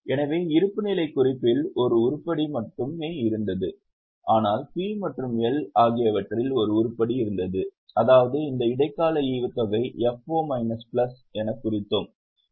எனவே இருப்புநிலைக் குறிப்பில் ஒரு உருப்படி மட்டுமே இருந்தது ஆனால் P மற்றும் L ஆகியவற்றில் ஒரு உருப்படி இருந்தது அதாவது இந்த இடைக்கால ஈவுத்தொகை FO மைனஸ் பிளஸ் எனக் குறிக்கிறோம்